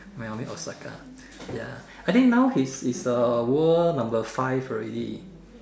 Naomi Osaka ya I think now he's is uh world number five already